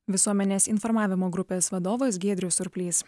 visuomenės informavimo grupės vadovas giedrius surplys